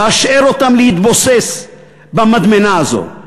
והשאר אותם להתבוסס במדמנה הזאת.